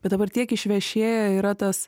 bet dabar tiek išvešėję yra tas